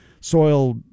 soil